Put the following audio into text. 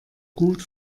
gut